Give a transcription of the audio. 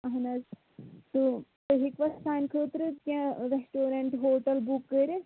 اہن حظ تُہۍ ہِیٚکوَہ سانہِ خٲطرٕ کیٚنٛہہ ریٚسٹورنٛٹ ہوٹل بُک کٔرِتھ